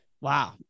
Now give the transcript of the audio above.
Wow